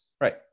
Right